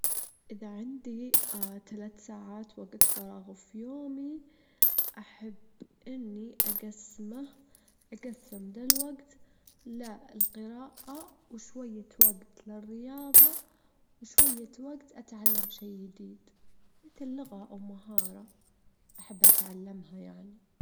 اكتر شهر حار في ديريتي، هو شهر سبعة وشهر تمانية، شهر يوليو وشهر أغسطس، وأبرد شهر هو شهر يناير، أما من ناحية الرطوبة أشهر الصيف عادةً إهي رطبة، وأشهر الشتا تكون جافة.